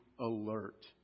alert